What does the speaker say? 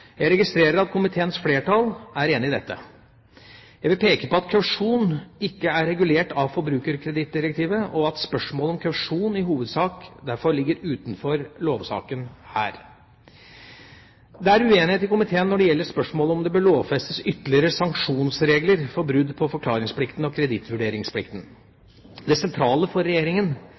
Jeg registrerer at komiteens flertall er enig i dette. Jeg vil peke på at kausjon ikke er regulert av forbrukerkredittdirektivet, og at spørsmålet om kausjon i hovedsak derfor ligger utenfor lovsaken her. Det er uenighet i komiteen når det gjelder spørsmålet om det bør lovfestes ytterligere sanksjonsregler for brudd på forklaringsplikten og kredittvurderingsplikten. Det sentrale for